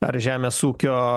ar žemės ūkio